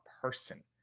person